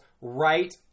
right